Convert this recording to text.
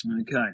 Okay